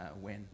win